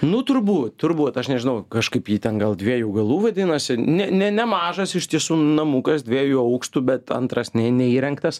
nu turbūt turbūt aš nežinau kažkaip ji ten gal dviejų galų vadinasi ne ne nemažas iš tiesų namukas dviejų aukštų bet antras nei neįrengtas